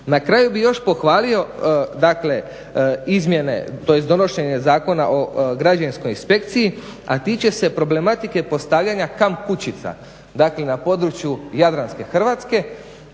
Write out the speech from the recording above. Na kraju bih još pohvalio dakle izmjene tj. donošenje Zakona o građevinskoj inspekciji a tiče se problematike postavljanja kamp kućica dakle na području Jadranske Hrvatske,